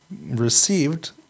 received